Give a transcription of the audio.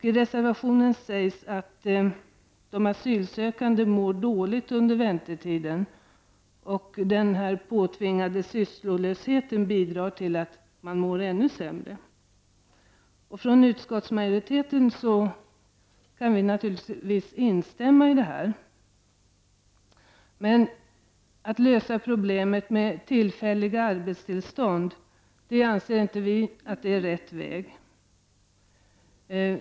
I reservationen sägs att de asylsökande mår dåligt under väntetiden och att den påtvingade sysslolösheten bidrar till att de mår ännu sämre. Utskottsmajoriteten kan naturligtvis instämma i detta, men att lösa problemet genom att ge dem tillfälliga arbetstillstånd är inte rätt väg att gå.